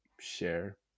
share